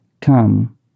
Come